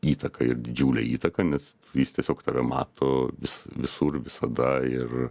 įtaką ir didžiulę įtaką nes jis tiesiog tave mato vis visur visada ir